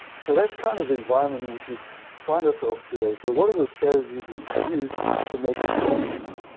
so that's kind of the environment in which we find ourselves today. so what are the strategies that we can use to make this manageable?